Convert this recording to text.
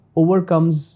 overcomes